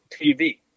TV